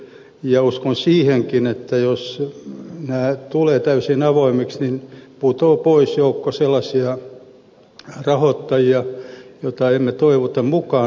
ja uskon siihenkin että jos avustukset tulevat täysin avoimiksi niin putoaa pois joukko sellaisia rahoittajia joita emme toivo mukaan